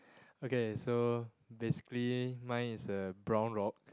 okay so basically mine is a brown rock